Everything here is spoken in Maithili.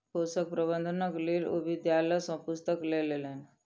पोषक प्रबंधनक लेल ओ विद्यालय सॅ पुस्तक लय लेलैन